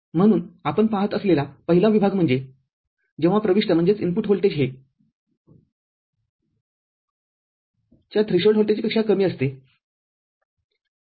म्हणून आपण पहात असलेला पहिला विभाग म्हणजे जेव्हा प्रविष्ट व्होल्टेज हे थ्रीशोल्ड व्होल्टेजच्या पेक्षा कमी असतेठीक आहे